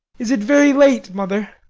is it very late, mother?